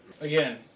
Again